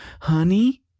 honey